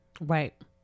Right